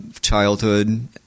childhood